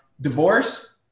Divorce